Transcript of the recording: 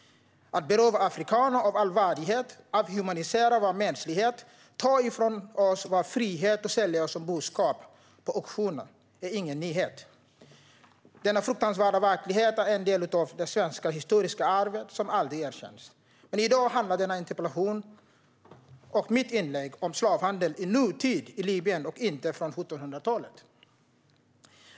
Att afrikaner berövas all värdighet, att deras mänsklighet avhumaniseras och att de berövas sin frihet och säljs som boskap på auktion är ingen nyhet. Denna fruktansvärda verklighet är en del av det svenska historiska arvet, som aldrig erkänns. Men i dag handlar denna interpellation och mitt inlägg om slavhandel i nutid i Libyen och inte på 1700-talet.